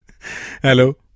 Hello